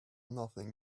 nothing